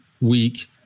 week